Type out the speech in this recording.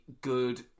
good